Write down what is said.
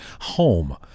home